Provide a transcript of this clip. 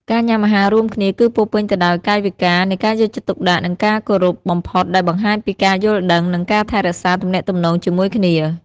ការញ៉ាំអាហាររួមគ្នា គឺពោរពេញទៅដោយកាយវិការនៃការយកចិត្តទុកដាក់ និងការគោរពបំផុត ដែលបង្ហាញពីការយល់ដឹង និងការថែរក្សាទំនាក់ទំនងជាមួយគ្នា។